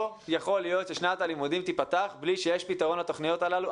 לא יכול להיות ששנת הלימודים תיפתח בלי שיש פתרון לתוכניות הללו.